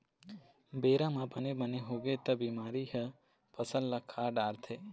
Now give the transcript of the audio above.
बेरा म बने बने होगे त बिमारी ह फसल ल खा डारथे